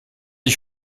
ich